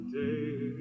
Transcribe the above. day